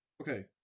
Okay